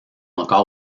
encore